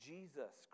Jesus